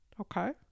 Okay